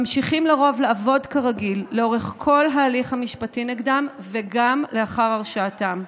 ממשיכים לרוב לעבוד כרגיל לאורך כל ההליך המשפטי נגדם וגם לאחר הרשעתם,